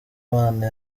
imana